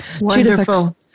Wonderful